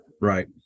Right